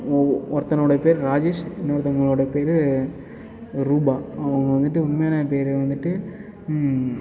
ஒ ஒருத்தனோடைய பேயர் ராஜேஷ் இன்னொருத்தவங்களோடய பேயரு ரூபா அவங்க வந்துட்டு உண்மையான பேயரு வந்துட்டு